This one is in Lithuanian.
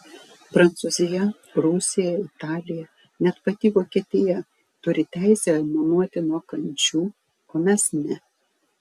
prancūzija rusija italija net pati vokietija turi teisę aimanuoti nuo kančių o mes ne